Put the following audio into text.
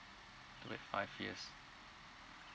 wait five years